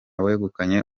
wegukanye